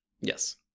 Yes